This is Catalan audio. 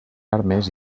armes